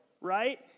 right